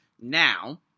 now